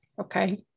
Okay